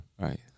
Right